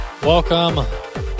Welcome